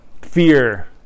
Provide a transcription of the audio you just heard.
fear